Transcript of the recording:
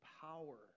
power